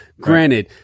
granted